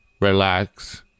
relax